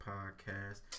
Podcast